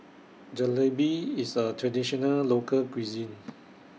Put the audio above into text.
Jalebi IS A Traditional Local Cuisine